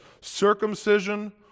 Circumcision